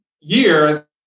year